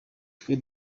twe